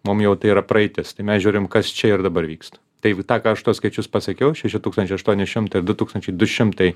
mum jau tai yra praeitis tai mes žiūrim kas čia ir dabar vyksta tai v tą ką aš tuos skaičius pasakiau šeši tūkstančiai aštuoni šimtai ir du tūkstančiai du šimtai